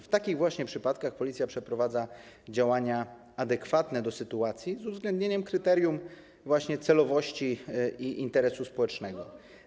W takich właśnie przypadkach policja przeprowadza działania adekwatne do sytuacji, z uwzględnieniem kryterium celowości i interesu społecznego.